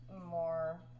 more